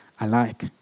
alike